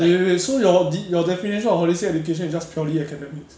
wait wait wait so your did your definition of holistic education is just purely academics